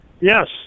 Yes